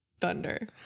Thunder